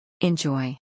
Enjoy